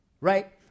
right